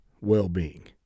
well-being